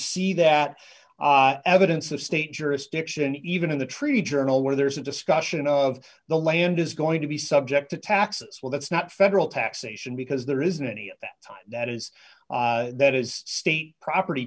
see that evidence of state jurisdiction even in the treaty journal where there is a discussion of the land is going to be subject to taxes well that's not federal taxation because there isn't any time that is that is state property